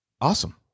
Awesome